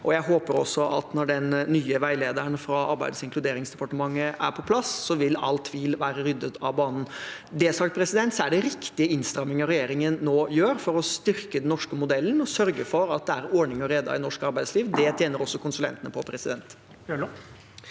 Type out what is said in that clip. Jeg håper også at når den nye veilederen fra Arbeids- og inkluderingsdepartementet er på plass, vil all tvil være ryddet av banen. Når det er sagt: Det er riktige innstramninger regjeringen nå gjør for å styrke den norske modellen og sørge for at det er «ordning och reda» i norsk arbeidsliv. Det tjener også konsulentene på. Alfred Jens